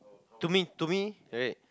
to me to me right